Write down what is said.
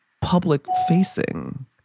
public-facing